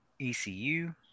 ECU